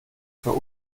für